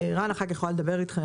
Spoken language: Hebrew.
רן שדמי אחר כך יוכל לדבר אתכם,